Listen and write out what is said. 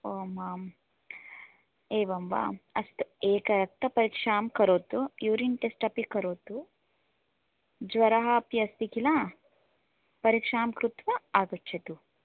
ओम् आम् एवं वा अस्तु एकरक्तपरीक्षां करोतु युरीन् टेस्ट् अपि करोतु ज्वरः अपि अस्ति किल परीक्षाङ्कृत्वा आगच्छतु